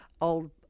old –